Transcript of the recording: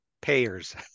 payers